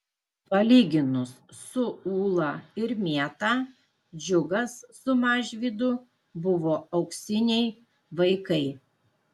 palyginus su ūla ir mėta džiugas su mažvydu buvo auksiniai vaikai